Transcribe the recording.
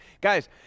Guys